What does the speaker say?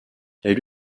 elle